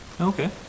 Okay